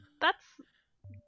That's-